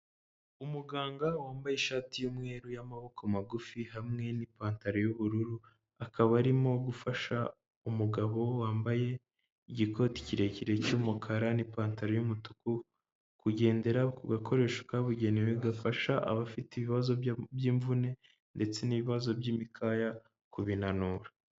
Umuganga wambaye ishati y'umweru y'amaboko magufi hamwe n'ipantaro y'ubururu, akaba arimo gufasha umugabo wambaye igikoti kirekire cy'umukara n'ipantaro y'umutuku kugendera ku gakoresho kabugenewe gafasha abafite ibibazo by'imvune ndetse n'ibibazo by'imikaya kubinanura.